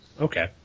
Okay